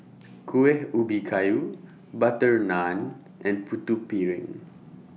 Kuih Ubi Kayu Butter Naan and Putu Piring